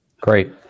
Great